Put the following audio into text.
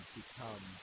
become